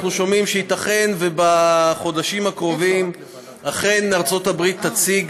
אנחנו שומעים שייתכן שבחודשים הקרובים אכן ארצות הברית תציג